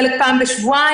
חלק פעם בשבועיים.